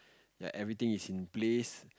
ya everything is in place